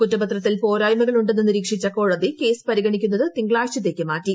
കുറ്റപത്രത്തിൽ പോരായ്മകൾ ഉണ്ടെന്ന് നിരീക്ഷിച്ച കോടതി കേസ് പരിഗ്ണിക്കുന്നത് തീങ്കളാഴ്ചത്തേയ്ക്ക് മാറ്റി